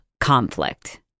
conflict